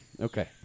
Okay